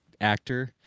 actor